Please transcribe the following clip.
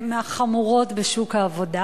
החמורות בשוק העבודה.